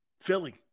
Philly